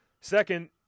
Second